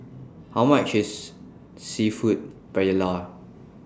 How much IS Seafood Paella